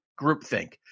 groupthink